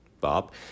Bob